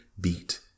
beat